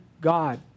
God